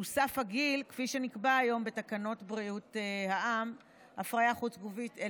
שהוא סף הגיל כפי שנקבע היום בתקנות בריאות העם (הפריה חוץ-גופית),